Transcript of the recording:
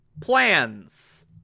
plans